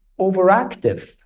overactive